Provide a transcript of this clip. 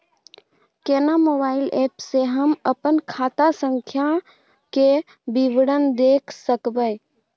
केना mobile app से हम अपन खाता संख्या के विवरण देख सकब?